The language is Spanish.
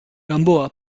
gamboa